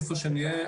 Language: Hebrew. איפה שנהיה,